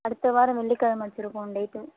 அடுத்த வாரம் வெள்ளிக்கிழம வச்சுருக்கோம் டேட்டு